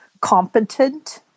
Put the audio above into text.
competent